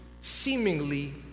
seemingly